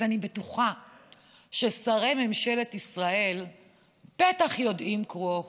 אז אני בטוחה ששרי ממשלת ישראל בטח יודעים קרוא וכתוב,